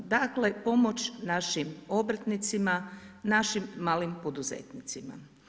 Dakle, pomoć našim obrtnicima, našim malim poduzetnicima.